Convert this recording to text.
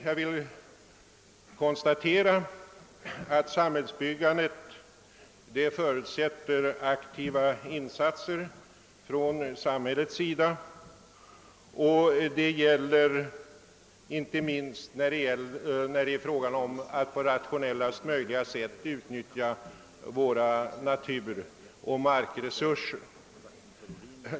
Jag vill konstatera att samhällsbyggandet förutsätter aktiva insatser från samhället, inte minst när det är fråga om att på rationellaste sätt utnyttja våra naturoch markresurser.